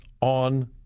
on